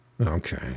Okay